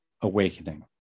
awakening